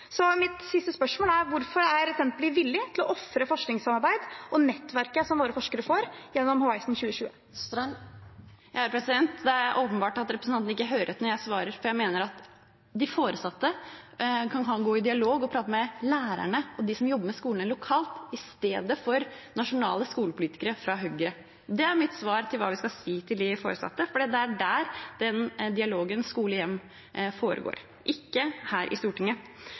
Så mitt siste spørsmål er: Hvorfor er Senterpartiet villig til å ofre forskningssamarbeidet og nettverket som våre forskere får gjennom Horizon 2020? Det er åpenbart at representanten Tybring-Gjedde ikke hører etter når jeg svarer, for jeg mener at de foresatte kan gå i dialog og prate med lærerne og dem som jobber med skolene lokalt, i stedet for nasjonale skolepolitikere fra Høyre. Det er mitt svar til hva vi skal si til de foresatte, for det er der den dialogen skole–hjem foregår, ikke her i Stortinget.